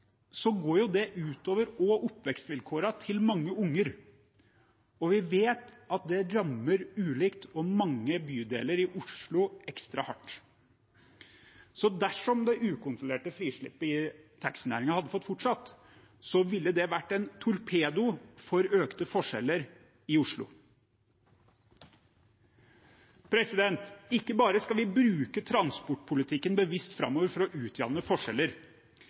går det også ut over oppvekstvilkårene til mange unger, og vi vet at det rammer ulikt og mange bydeler i Oslo ekstra hardt. Så dersom det ukontrollerte frislippet i taxinæringen hadde fått fortsette, ville det vært en torpedo for økte forskjeller i Oslo. Ikke bare skal vi bruke transportpolitikken bevisst framover for å utjevne forskjeller.